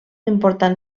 important